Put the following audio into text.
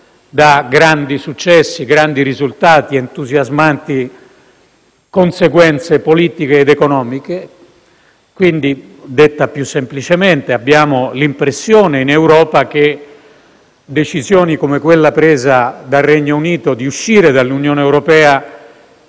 da grandi successi, grandi risultati ed entusiasmanti conseguenze politiche ed economiche. Detta più semplicemente, in Europa abbiamo l'impressione che decisioni come quella presa dal Regno Unito di uscire dell'Unione europea